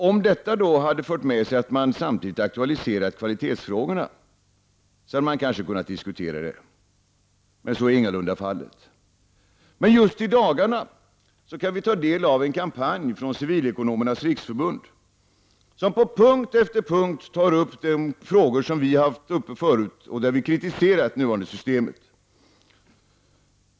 Om det hade fört med sig att man samtidigt aktualiserat kvalitetsfrågorna hade man kanske kunnat diskutera detta. Så är ingalunda fallet. Men just i dagarna kan vi ta del av en kampanj från Civilekonomernas riksförbund i vilken man på punkt efter punkt tar upp de frågor som vi förut haft uppe till debatt och där vi kritiserat det nuvarande systemet.